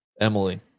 Emily